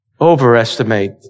overestimate